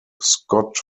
scott